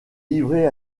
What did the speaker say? livré